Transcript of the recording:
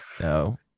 No